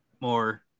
more